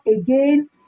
again